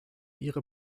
ihre